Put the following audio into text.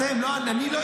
אתם, לא אני.